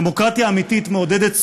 דמוקרטיה אמיתית מעודדת סובלנות,